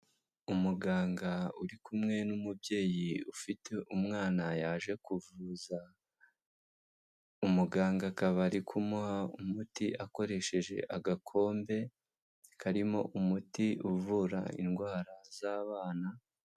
Umuganga uri kumwe n'umubyeyi ufite umwana yaje kuvuza, umuganga akaba ari kumuha umuti akoresheje agakombe karimo umuti uvura indwara z'abana.